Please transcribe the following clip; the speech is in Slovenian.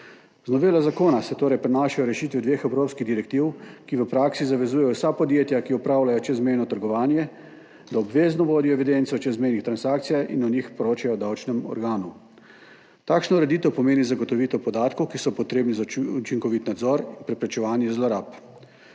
Z novelo zakona se torej prenašajo rešitve dveh evropskih direktiv, ki v praksi zavezujejo vsa podjetja, ki opravljajo čezmejno trgovanje, da obvezno vodijo evidenco o čezmejnih transakcijah in o njih poročajo davčnemu organu. Takšna ureditev pomeni zagotovitev podatkov, ki so potrebni za učinkovit nadzor in preprečevanje zlorab.